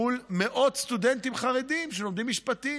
מול מאות סטודנטים חרדים שלומדים משפטים.